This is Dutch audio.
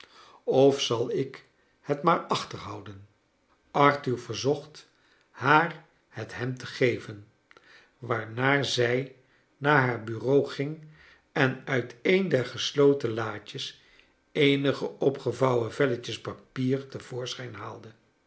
of zal ik het maar achterhouden arthur verzocht haar het hem te geven waarna zij naar haar bureau ging en uit een der gesloten laadjes eenige opgevouwen velletjes papier te voorschijn haalde